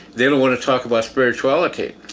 they don't wanna talk about spirituality.